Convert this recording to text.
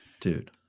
Dude